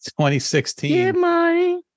2016